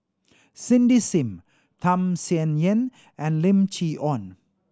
Cindy Sim Tham Sien Yen and Lim Chee Onn